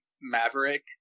Maverick